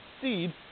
seed